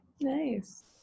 Nice